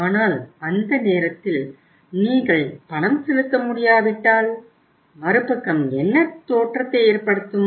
ஆனால் அந்த நேரத்தில் நீங்கள் பணம் செலுத்த முடியாவிட்டால் மறுபக்கம் என்ன தோற்றத்தை ஏற்படுத்தும்